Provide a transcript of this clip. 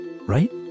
right